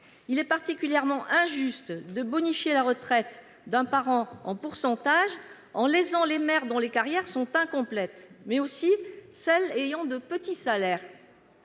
Il est particulièrement injuste de bonifier la retraite d'un parent en pourcentage, en lésant les mères dont les carrières sont incomplètes, mais aussi celles ayant de petits salaires.